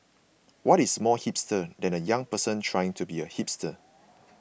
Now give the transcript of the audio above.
what is more hipster than a young person trying to be a hipster